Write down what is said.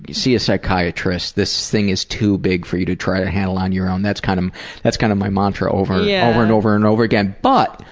see a psychiatrist. this thing is too big for you to try to handle on your own. that's kind um that's kind of my mantra over yeah over and over and over again but,